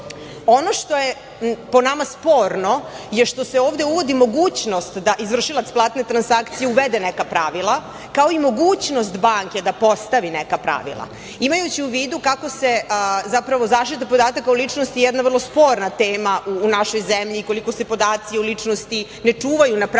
što je po nama sporno je što se ovde uvodi mogućnost da izvršilac platne transakcije uvede neka pravila, kao i mogućnost banke da postavi neka pravila. Imajući u vidu kako je zapravo zaštita podataka o ličnosti jedna vrlo sporna tema u našoj zemlji i koliko se podaci o ličnosti ne čuvaju na pravi način